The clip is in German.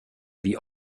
wie